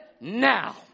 now